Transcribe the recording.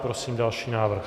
Prosím další návrh.